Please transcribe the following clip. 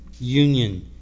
union